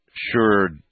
sure